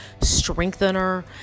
strengthener